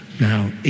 Now